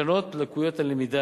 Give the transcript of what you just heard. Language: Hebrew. תקנות לקויות הלמידה,